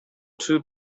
two